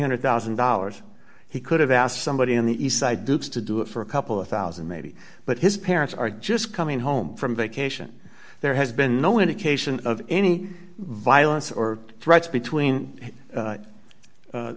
hundred thousand dollars he could have asked somebody on the east side dukes to do it for a couple of one thousand maybe but his parents are just coming home from vacation there has been no indication of any violence or threats between